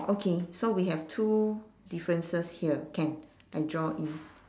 okay so we have two differences here can I draw in